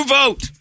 vote